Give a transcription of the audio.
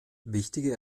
wichtige